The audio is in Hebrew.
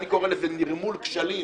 אני קורא לזה נרמול כשלים